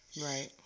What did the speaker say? Right